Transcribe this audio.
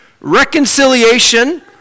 reconciliation